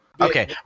Okay